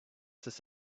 ssh